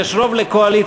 יש רוב לקואליציה,